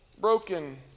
broken